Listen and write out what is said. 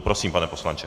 Prosím, pane poslanče.